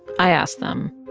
i asked them,